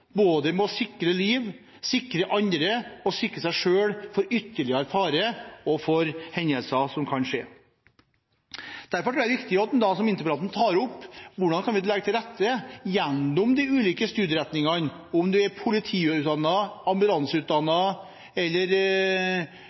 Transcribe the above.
både med hensyn til å sikre liv, sikre andre og sikre seg selv, for ytterligere fare og for hendelser som kan inntreffe. Derfor tror jeg det er viktig, som interpellanten tar opp, hvordan man gjennom de ulike studieretningene kan legge til rette – om det så er politiutdanning, ambulanseutdanning eller